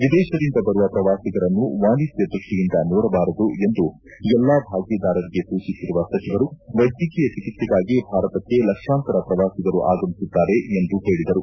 ವಿದೇಶದಿಂದ ಬರುವ ಪ್ರವಾಸಿಗರನ್ನು ವಾಣಿಜ್ವ ದೃಷ್ಠಿಯಿಂದ ನೋಡಬಾರದು ಎಂದು ಎಲ್ಲಾ ಭಾಗಿದಾರರಿಗೆ ಸೂಚಿಸಿರುವ ಸಚಿವರು ವ್ಯೆದ್ಗಕೀಯ ಚಿಕಿತ್ಸೆಗಾಗಿ ಭಾರತಕ್ಕೆ ಲಕ್ಷಾಂತರ ಪ್ರವಾಸಿಗರು ಆಗಮಿಸುತ್ತಾರೆ ಎಂದು ಹೇಳದರು